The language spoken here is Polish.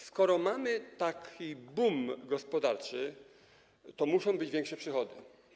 Skoro mamy taki bum gospodarczy, to muszą być większe przychody.